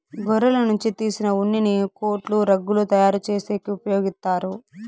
గొర్రెల నుంచి తీసిన ఉన్నిని కోట్లు, రగ్గులు తయారు చేసేకి ఉపయోగిత్తారు